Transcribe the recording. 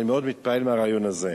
אני מאוד מתפעל מהרעיון הזה.